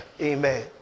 amen